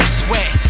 sweat